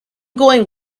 going